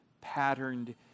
patterned